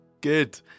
Good